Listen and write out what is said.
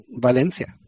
Valencia